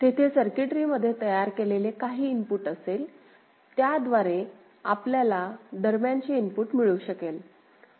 तेथे सर्किटरी मधे तयार केलेले काही इनपुट असेल त्याद्वारे आपल्याला दरम्यानचे इनपुट मिळू शकेल